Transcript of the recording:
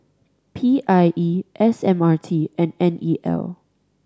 P I E S M R T and N E L